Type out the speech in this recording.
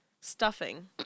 stuffing